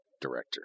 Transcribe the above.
director